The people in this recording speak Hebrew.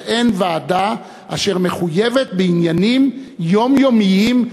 אין ועדה אשר מחויבת בעניינים יומיומיים,